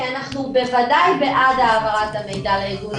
כי אנחנו בוודאי בעד העברת המידע לארגון היציג.